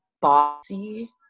bossy